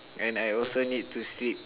and I also need to sleep